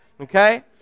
Okay